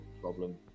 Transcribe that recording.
problem